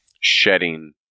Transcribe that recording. shedding